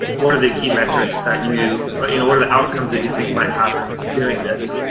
what are the key metrics that you you know what are the outcomes that you think might happen from doing this?